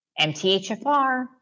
MTHFR